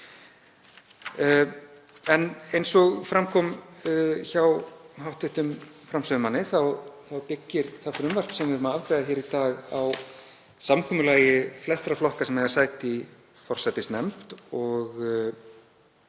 Eins og fram kom hjá hv. framsögumanni þá byggir það frumvarp sem við erum að afgreiða hér í dag á samkomulagi flestra flokka sem eiga sæti í forsætisnefnd og